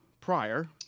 prior